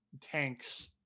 tanks